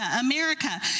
America